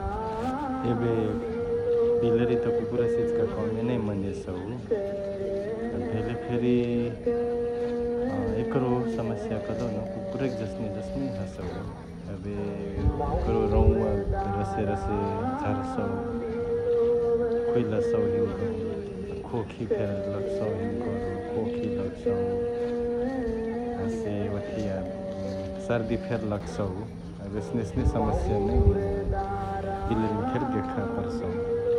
एबे बिलरी त कुकुरा से यिचिका कमे नै मनेसउ एबे भेले फेरि एकरो समस्या कदेउ न कुकुरै क जसने जसने हसउ । एबे एकरो रोउवा रसे रसे झरसउ, खुलसउ हिनकहु । अ खोखी फेरी लगसउ हिनकोरो, खोखी लगसउ हसे ओथिआ सर्दी फेरी लगसउ । एबे एसने एसने समस्या नै बिलरिमा फेरी देखा परसउ ।